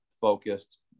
focused